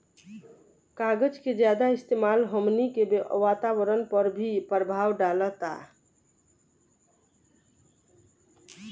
कागज के ज्यादा इस्तेमाल हमनी के वातावरण पर भी प्रभाव डालता